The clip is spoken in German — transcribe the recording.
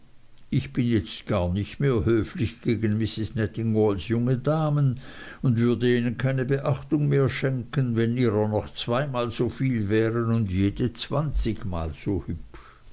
ich bin jetzt gar nicht mehr höflich gegen misses nettingalls junge damen und würde ihnen keine beachtung mehr schenken und wenn ihrer noch zweimal so viel wären und jede zwanzigmal so hübsch